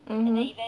mmhmm